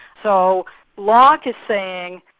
so locke is saying,